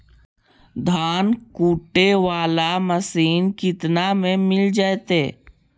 धान कुटे बाला मशीन केतना में मिल जइतै?